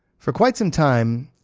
for quite some time,